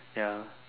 ya